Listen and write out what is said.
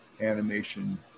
animation